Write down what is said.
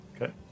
Okay